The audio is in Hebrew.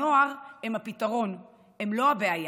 הנוער הם הפתרון, הם לא הבעיה.